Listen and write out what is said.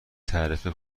تعرفه